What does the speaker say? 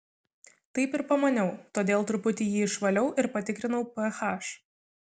taip ir pamaniau todėl truputį jį išvaliau ir patikrinau ph